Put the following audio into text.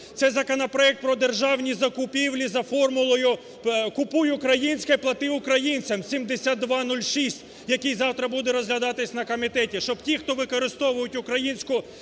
Це законопроект про державні закупівлі за формулою "купуй українське, плати українцям", 7206, який завтра буде розглядатись на комітеті, щоб ті, хто використовують українську